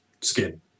skin